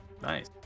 Nice